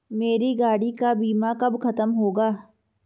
मेरे गाड़ी का बीमा कब खत्म होगा?